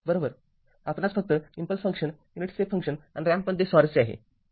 आपणास फक्त impulse function unit step function आणि रॅम्पमध्ये स्वारस्य आहे